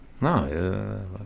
No